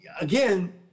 again